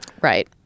Right